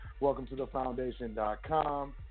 welcometothefoundation.com